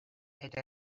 eta